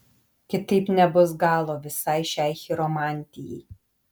kitaip nebus galo visai šiai chiromantijai